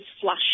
flush